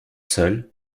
seuls